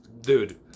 dude